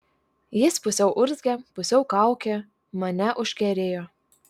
jis pusiau urzgė pusiau kaukė mane užkerėjo